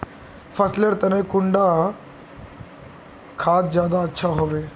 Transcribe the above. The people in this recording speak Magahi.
फसल लेर तने कुंडा खाद ज्यादा अच्छा हेवै?